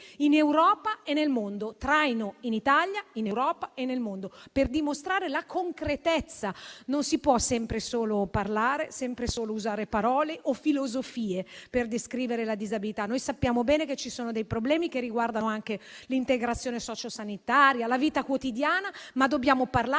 in Europa e nel mondo. Vogliamo fare da traino in Italia, in Europa e nel mondo per dimostrare concretezza. Non si può sempre e solo parlare, sempre e solo usare parole o filosofie per descrivere la disabilità. Noi sappiamo bene che ci sono dei problemi che riguardano anche l'integrazione sociosanitaria e la vita quotidiana, ma dobbiamo parlarne.